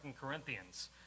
Corinthians